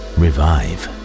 revive